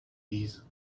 keys